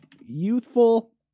youthful